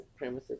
supremacists